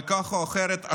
אבל כך או אחרת,